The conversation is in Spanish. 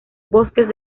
bosques